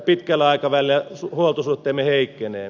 pitkällä aikavälillä huoltosuhteemme heikkenee